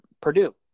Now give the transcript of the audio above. Purdue